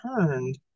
turned